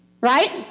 right